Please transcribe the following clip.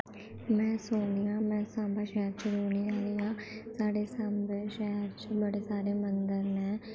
मैं सोनिया मैं सांबा शैह्र च रौह्ने आह्लियां आं साढ़े सांबा शैह्र च बड़े सारे मंदर न